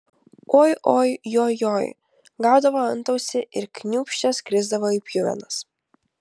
oi oi joj joj gaudavo antausį ir kniūpsčias krisdavo į pjuvenas